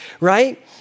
right